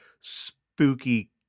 spooky